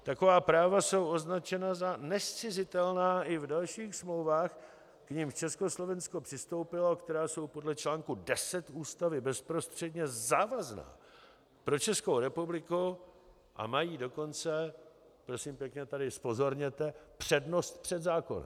Taková práva jsou označena za nezcizitelná i v dalších smlouvách, k nimž Československo přistoupilo a která jsou podle článku 10 Ústavy bezprostředně závazná pro Českou republiku, a mají dokonce prosím pěkně, tady zpozorněte přednost před zákonem.